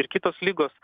ir kitos ligos